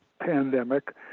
pandemic